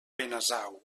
benasau